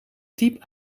diep